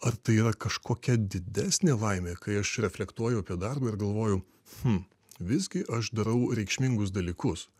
ar tai yra kažkokia didesnė laimė kai aš reflektuoju apie darbą ir galvoju hm visgi aš darau reikšmingus dalykus